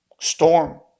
storm